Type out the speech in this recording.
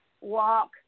walk